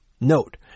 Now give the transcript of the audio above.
Note